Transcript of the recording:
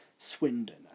Swindon